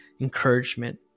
encouragement